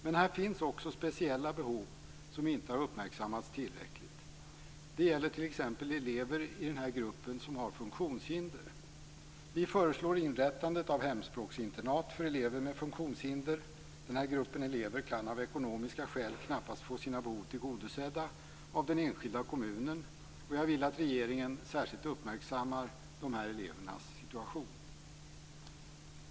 Men det finns också speciella behov som inte har uppmärksammats tillräckligt. Det gäller t.ex. elever i den här gruppen som har funktionshinder. Vi föreslår inrättandet av hemspråksinternat för elever med funktionshinder. Den här gruppen elever kan av ekonomiska skäl knappast få sina behov tillgodosedda av den enskilda kommunen. Jag vill att regeringen särskilt uppmärksammar de här elevernas situation.